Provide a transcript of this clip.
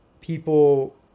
people